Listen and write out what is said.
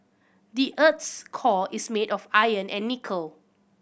the earth's core is made of iron and nickel